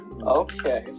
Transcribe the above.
Okay